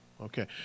Okay